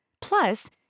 Plus